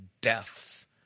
deaths